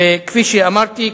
כפי שאמרתי,